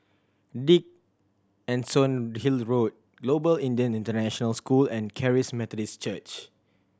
Dickenson Hill Road Global Indian International School and Charis Methodist Church